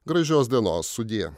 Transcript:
gražios dienos sudie